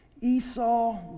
Esau